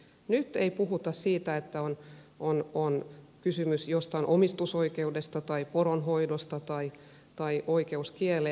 nyt ei puhuta siitä että on olkoon kysymys jostain omistusoikeudesta tai poronhoidosta tai oikeudesta kieleen